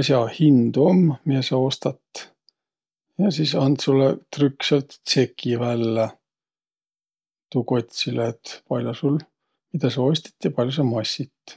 as'a hind um, miä sa ostat. Ja sis and sullõ, trükk säält, tseki vällä, tuu kotsilõ, et pall'o sul, midä sa ostit ja ku pall'o sa massit.